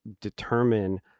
determine